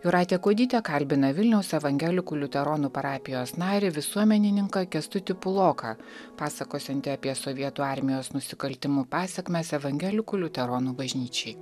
jūratė kuodytė kalbina vilniaus evangelikų liuteronų parapijos narį visuomenininką kęstutį puloką pasakosiantį apie sovietų armijos nusikaltimų pasekmes evangelikų liuteronų bažnyčiai